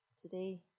today